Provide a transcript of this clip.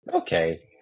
okay